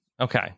Okay